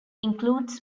includes